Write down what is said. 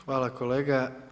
Hvala kolega.